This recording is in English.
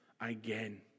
again